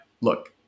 look